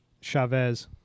Chavez